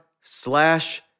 slash